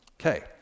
Okay